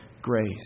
grace